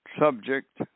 subject